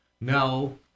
No